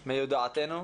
מיודעתנו.